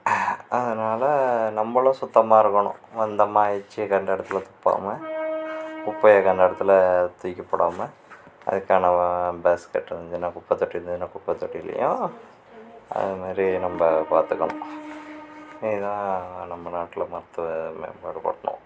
அதனால் நம்மளும் சுத்தமாக இருக்கணும் மந்தமா எச்சியை கண்ட இடத்துல துப்பாமல் குப்பையை கண்ட இடத்துல தூக்கிப் போடாமல் அதுக்கான பேஸ்கெட்டில் வந்து இல்லைனா குப்பை தொட்டி இருந்ததுனா குப்பை தொட்டிலேயும் அது மாதிரி நம்ம பார்த்துக்கணும் இதான் நம்ம நாட்டில் மருத்துவ மேம்பாடு படுத்தணும்